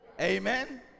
Amen